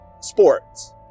sports